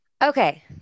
Okay